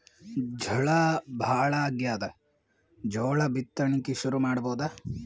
ಝಳಾ ಭಾಳಾಗ್ಯಾದ, ಜೋಳ ಬಿತ್ತಣಿಕಿ ಶುರು ಮಾಡಬೋದ?